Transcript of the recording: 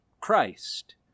Christ